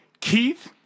Keith